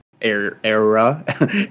era